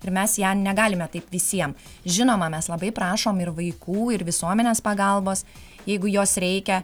ir mes ją negalime taip visiem žinoma mes labai prašom ir vaikų ir visuomenės pagalbos jeigu jos reikia